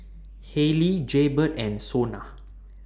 Haylee Jaybird and Sona